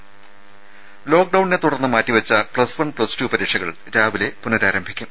ത ലോക്ഡൌണിനെത്തുടർന്ന് മാറ്റിവെച്ച പ്ലസ് വൺ പ്ലസ് ടു പരീക്ഷകൾ രാവിലെ പുനഃരാരംഭിക്കും